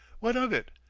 what of it.